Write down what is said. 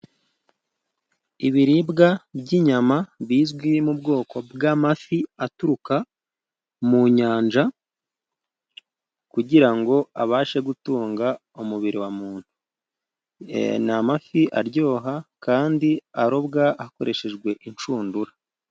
Ibiribwa by'inyama bizwi mu bwoko bw'amafi aturuka mu nyanja, kugirango abashe gutunga umubiri wa muntu. Ni amafi aryoha, kandi arobwa akoreshejwe inshundura.